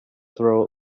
throw